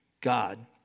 God